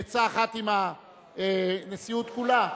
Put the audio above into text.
בעצה אחת עם הנשיאות כולה,